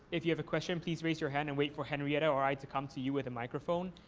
if you have a question, please raise your hand and wait for henrietta or i to come to you with a microphone.